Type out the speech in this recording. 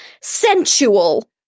Sensual